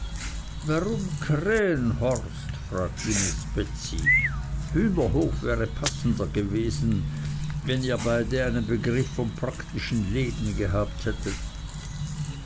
warum krähenhorst fragte miß betsey hühnerhof wäre passender gewesen wenn ihr beide einen begriff vom praktischen leben gehabt hättet